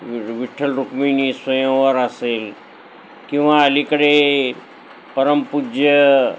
वि विठ्ठल रुक्मिणी स्वयंवर असेल किंवा अलीकडे परमपूज्य